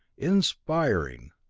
inspiring.